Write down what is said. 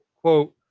quote